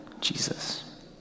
Jesus